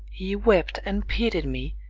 he wept, and pitied me,